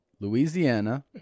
Louisiana